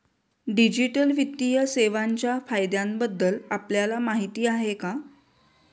Digital वित्तीय सेवांच्या फायद्यांबद्दल आपल्याला माहिती आहे का?